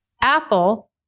Apple